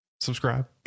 subscribe